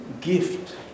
gift